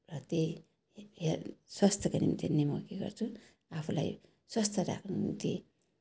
र त्यही हेल्थ स्वास्थ्यको निम्ति नै म के गर्छु आफूलाई स्वस्थ राख्नुको निम्ति